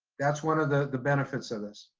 that's one of the the benefits of this.